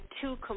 two